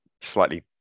slightly